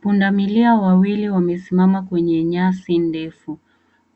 Pundamilia wawili wamesimama kwenye nyasi ndefu,